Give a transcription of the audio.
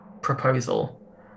proposal